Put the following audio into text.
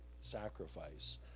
sacrifice